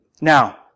Now